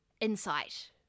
insight